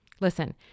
Listen